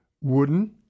Wooden